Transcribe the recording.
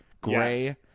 gray